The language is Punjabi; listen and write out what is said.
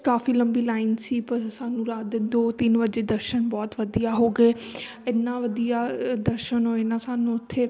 ਕਾਫੀ ਲੰਬੀ ਲਾਈਨ ਸੀ ਪਰ ਸਾਨੂੰ ਰਾਤ ਦੇ ਦੋ ਤਿੰਨ ਵਜੇ ਦਰਸ਼ਨ ਬਹੁਤ ਵਧੀਆ ਹੋ ਗਏ ਇੰਨਾ ਵਧੀਆ ਅ ਦਰਸ਼ਨ ਹੋਏ ਨਾ ਸਾਨੂੰ ਉੱਥੇ